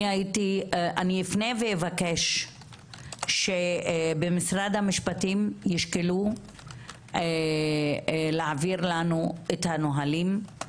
אני אפנה ואבקש שבמשרד המשפטים ישקלו להעביר לנו את הנהלים.